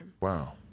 wow